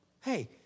Hey